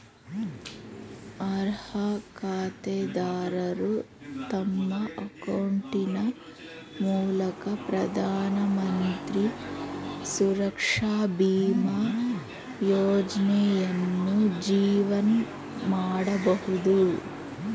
ಅರ್ಹ ಖಾತೆದಾರರು ತಮ್ಮ ಅಕೌಂಟಿನ ಮೂಲಕ ಪ್ರಧಾನಮಂತ್ರಿ ಸುರಕ್ಷಾ ಬೀಮಾ ಯೋಜ್ನಯನ್ನು ಜೀವನ್ ಮಾಡಬಹುದು